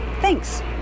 Thanks